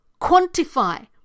quantify